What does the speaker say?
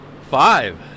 Five